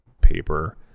paper